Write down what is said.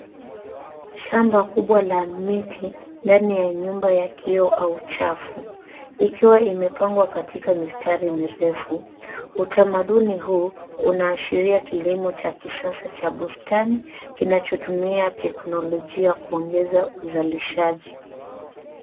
Shamba kubwa la miti ndani ya nyumba ya kioo au chafu, ikiwa imepangwa katika mistari mirefu. Utamaduni huu unaashiria kilimo cha kisasa cha bustani kinachotumia teknolojia kuongeza uzalishaji.